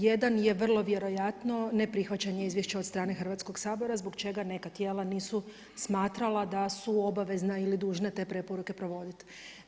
Jedan je vrlo vjerojatno neprihvaćanje izvješća od strane Hrvatskoga sabora zbog čega neka tijela nisu smatrala da su obavezna ili dužna te preporuke provoditi.